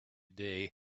day